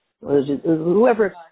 Whoever